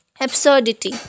Absurdity